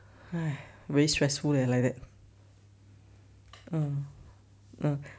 very stressful leh like that uh uh